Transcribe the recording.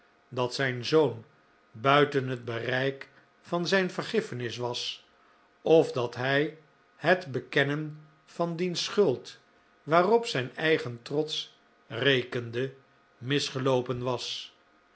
dat zijn zoon buiten het bereik van zijn vergiffenis was of dat hij het bekennen van diens schuld waarop zijn eigen trots rekende misgeloopen was